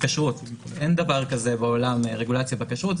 כשרות אין דבר כזה בעולם רגולציה בכשרות.